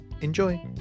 Enjoy